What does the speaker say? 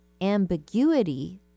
ambiguity